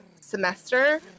semester